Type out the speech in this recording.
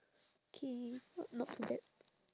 okay not not too bad